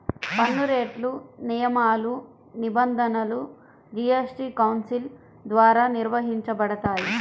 పన్నురేట్లు, నియమాలు, నిబంధనలు జీఎస్టీ కౌన్సిల్ ద్వారా నిర్వహించబడతాయి